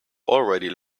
already